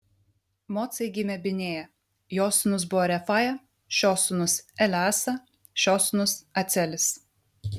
mocai gimė binėja jo sūnus buvo refaja šio sūnus eleasa šio sūnus acelis